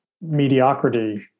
mediocrity